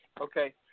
Okay